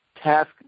task